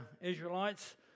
Israelites